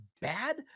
bad